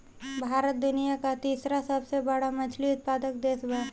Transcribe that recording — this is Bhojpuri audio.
भारत दुनिया का तीसरा सबसे बड़ा मछली उत्पादक देश बा